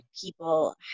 people